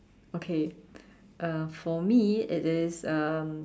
okay uh for me it is um